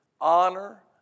honor